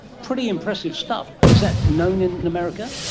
pretty impressive stuff. is that known in america?